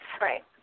Right